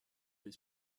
fait